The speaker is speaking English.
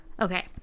Okay